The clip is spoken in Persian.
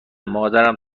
مادرم